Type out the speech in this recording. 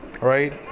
right